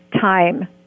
time